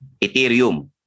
Ethereum